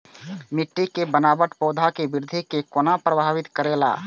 मिट्टी के बनावट पौधा के वृद्धि के कोना प्रभावित करेला?